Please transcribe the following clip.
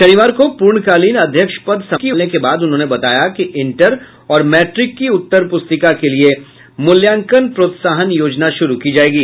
शनिवार को पूर्णकालीन अध्यक्ष पद संभालने के बाद उन्होंने बताया कि इंटर और मैट्रिक की उत्तरपुस्तिका के लिए मूल्यांकन प्रोत्साहन योजना शुरू की जायेगी